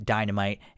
Dynamite